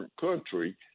country